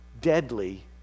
deadly